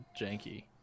Janky